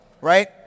right